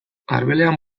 arbelean